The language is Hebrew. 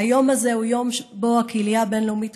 והיום הזה הוא יום שבו הקהילה הבין-לאומית